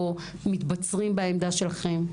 או מתבצרים בעמדה שלכם.